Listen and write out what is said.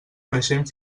creixent